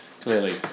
Clearly